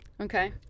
Okay